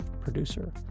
producer